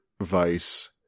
Vice